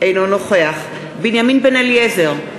אינו נוכח בנימין בן-אליעזר,